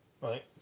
Right